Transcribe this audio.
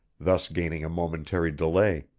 thus gaining a momentary delay.